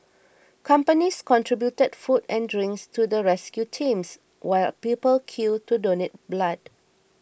companies contributed food and drinks to the rescue teams while people queued to donate blood